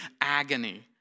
agony